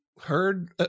heard